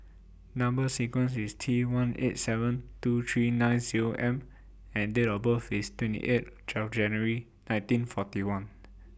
Number sequence IS T one eight seven two three nine Zero M and Date of birth IS twenty eight January nineteen forty one